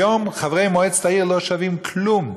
היום חברי מועצת העיר לא שווים כלום,